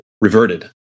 reverted